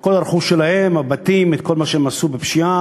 כל הרכוש שלהם, הבתים, את כל מה שהם עשו בפשיעה